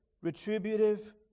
retributive